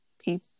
people